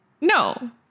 No